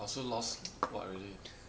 I also lost [what] already